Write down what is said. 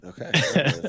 Okay